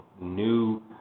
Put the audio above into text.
new